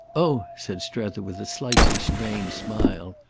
oh, said strether with a slightly strained smile,